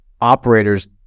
operators